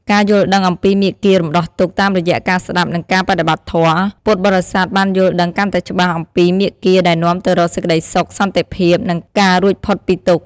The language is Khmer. ការយល់ដឹងអំពីមាគ៌ារំដោះទុក្ខ តាមរយៈការស្ដាប់ និងការបដិបត្តិធម៌ ពុទ្ធបរិស័ទបានយល់ដឹងកាន់តែច្បាស់អំពីមាគ៌ាដែលនាំទៅរកសេចក្តីសុខ សន្តិភាព និងការរួចផុតពីទុក្ខ។